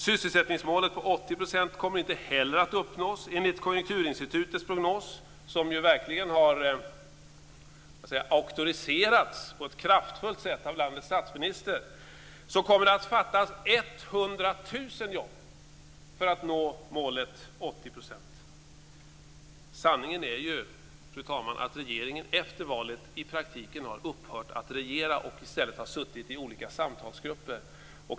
Sysselsättningsmålet om 80 % kommer inte heller att uppnås. Enligt Konjunkturinstitutets prognos, som verkligen har auktoriserats på ett kraftfullt sätt av landets statsminister, kommer det att fattas 100 000 jobb till målet 80 %. Sanningen är, fru talman, att regeringen efter valet i praktiken har upphört att regera och i stället har suttit i olika samtalsgrupper.